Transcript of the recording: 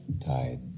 Tide